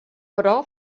però